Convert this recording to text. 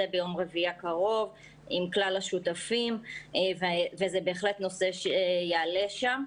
ביום רביעי הקרוב עם כלל השותפים וזה בהחלט נושא שיעלה שם.